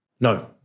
No